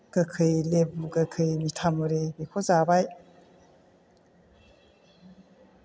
गोखै लेबु गोखै मिथामुरि बेखौ जाबाय